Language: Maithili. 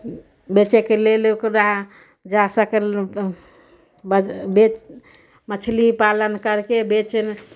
बेचैके लेल ओकरा जा सकल बजा बेच मछली पालन करके बेच